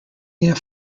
near